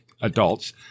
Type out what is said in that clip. adults